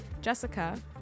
jessica